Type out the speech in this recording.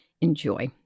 enjoy